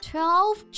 Twelve